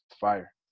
fire